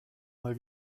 mal